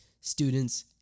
students